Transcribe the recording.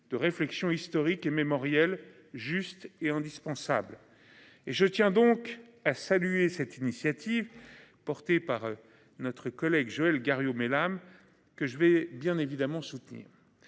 de réflexion historique et mémoriel juste et indispensable et je tiens donc à saluer cette initiative portée par notre collègue Joël Guerriau mais. Que je vais bien évidemment soutenir.